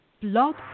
Blog